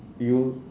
you